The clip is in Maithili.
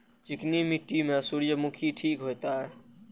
चिकनी मिट्टी में सूर्यमुखी ठीक होते?